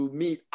meet